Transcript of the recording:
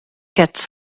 quatre